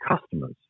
customers